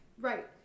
Right